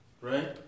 right